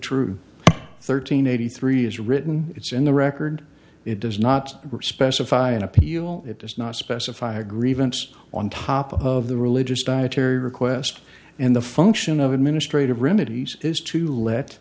true thirteen eighty three is written it's in the record it does not specify an appeal it does not specify a grievance on top of the religious dietary request and the function of administrative remedies is to let